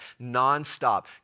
nonstop